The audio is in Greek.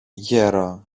γέρο